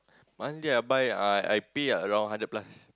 one day I buy I I pay around hundred plus